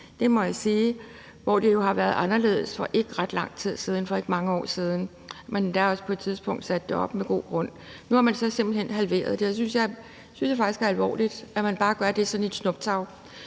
må jeg sige, hvor det jo har været anderledes for ikke mange år siden; man har endda også på et tidspunkt sat det op, med god grund. Nu har man så simpelt hen halveret det, og det synes jeg faktisk er alvorligt, altså at man bare gør det sådan i et snuptag.